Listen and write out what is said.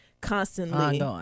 constantly